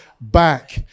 back